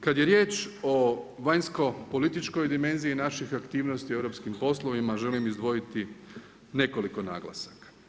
Kad je riječ o vanjsko-političkoj dimenziji naših aktivnosti u europskim poslovima, želim izdvojiti nekoliko naglasaka.